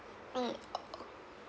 mm uh